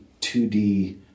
2d